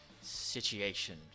situation